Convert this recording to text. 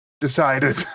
decided